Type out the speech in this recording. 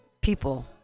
people